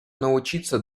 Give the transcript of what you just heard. научиться